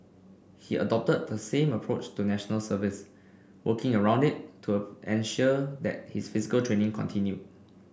he adopted the same approach to National Service working around it to ensure that his physical training continued